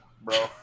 bro